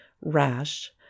rash